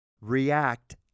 react